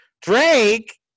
Drake